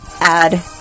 add